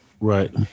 Right